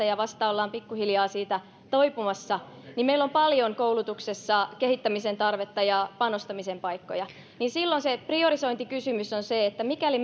ja vasta ollaan pikkuhiljaa siitä toipumassa meillä on paljon koulutuksessa kehittämisen tarvetta ja panostamisen paikkoja silloin se priorisointikysymys on se että mikäli